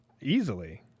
easily